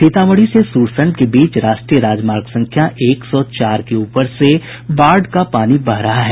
सीतामढ़ी से सुरसंड के बीच राष्ट्रीय राजमार्ग संख्या एक सौ चार के ऊपर से बाढ़ का पानी बह रहा है